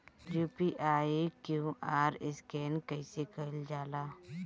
UPI QR scan कइसे कईल जा ला?